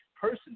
person